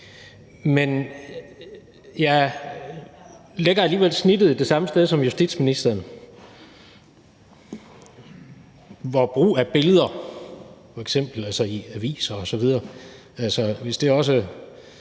men jeg lægger alligevel snittet det samme sted som justitsministeren og vil sige, at hvis brug af billeder i f.eks. aviser osv. også